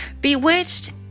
Bewitched